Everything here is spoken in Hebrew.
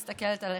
אני מסתכלת עליך.